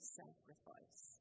sacrifice